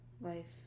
life